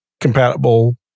compatible